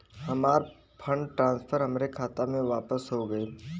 हमार fund transfer हमरे खाता मे वापस हो गईल